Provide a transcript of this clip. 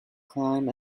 climb